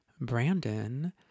Brandon